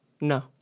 No